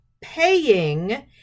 paying